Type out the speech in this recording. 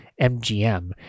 MGM